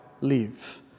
live